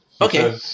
Okay